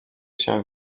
się